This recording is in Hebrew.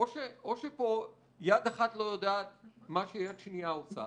או שפה יד אחת לא יודעת מה שיד שנייה עושה